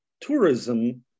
tourism